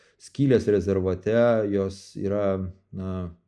skylės rezervate jos yra na